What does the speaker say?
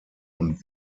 und